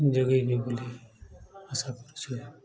ଯୋଗେଇବେ ବୋଲି ଆଶା କରୁଛୁ